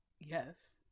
yes